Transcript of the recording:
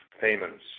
payments